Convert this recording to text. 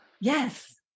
yes